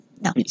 no